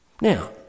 Now